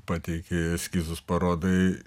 pateikė eskizus parodai